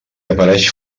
apareix